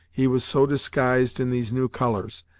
he was so disguised in these new colours,